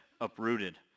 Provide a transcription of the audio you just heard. uprooted